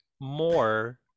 more